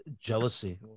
Jealousy